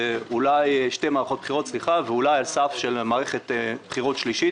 ואולי על סף של מערכת בחירות שלישית,